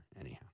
Anyhow